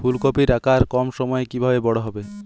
ফুলকপির আকার কম সময়ে কিভাবে বড় হবে?